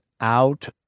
out